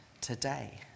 today